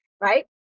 Right